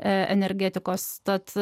energetikos tad